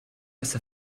face